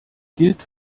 gilt